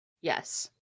Yes